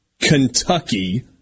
Kentucky